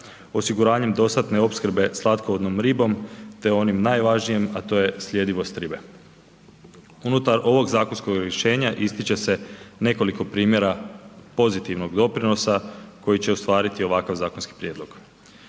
osiguranjem dostatne opskrbe slatkovodnom ribom te onim najvažnijih, a to je sljedivost ribe. Unutar ovog zakonskog rješenja ističe se nekoliko primjera pozitivnog doprinosa koji će ostvariti ovakav zakonski prijedlog.